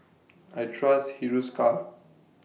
I Trust Hiruscar